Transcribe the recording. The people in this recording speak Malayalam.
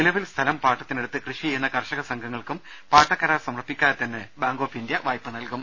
നിലവിൽ സ്ഥലം പാട്ടത്തിനെടുത്ത് കൃഷി ചെയ്യുന്ന കർഷക സംഘങ്ങൾക്കും പാട്ടക്കരാർ സമർപ്പിക്കാതെ തന്നെ ബാങ്ക് ഓഫ് ഇന്ത്യ വായ്പ നൽകും